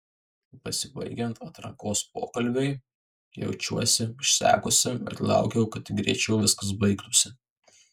besibaigiant atrankos pokalbiui jaučiausi išsekusi ir laukiau kad tik greičiau viskas baigtųsi